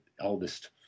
eldest